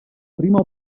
prima